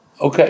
Okay